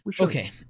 Okay